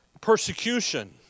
persecution